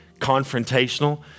confrontational